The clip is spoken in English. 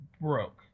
broke